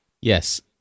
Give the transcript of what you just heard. Yes